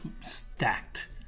Stacked